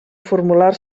formular